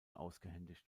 ausgehändigt